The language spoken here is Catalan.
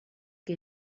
què